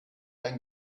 ein